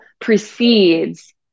precedes